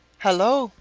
hello!